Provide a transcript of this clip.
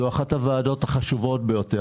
זו אחת הוועדות החשובות ביותר.